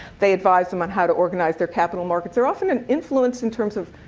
they advise them on how to organize their capital markets. they're often an influence in terms of